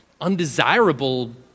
undesirable